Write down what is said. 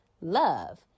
love